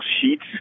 Sheets